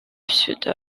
sud